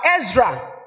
Ezra